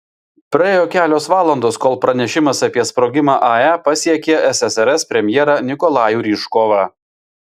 praėjo kelios valandos kol pranešimas apie sprogimą ae pasiekė ssrs premjerą nikolajų ryžkovą